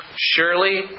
Surely